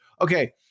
Okay